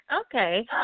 Okay